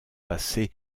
passés